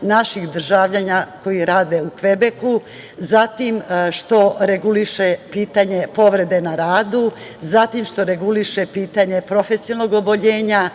naših državljana koji rade u Kvebeku, zatim što reguliše pitanje povrede na radu, zatim što reguliše pitanje profesionalnog oboljenja,